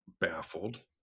baffled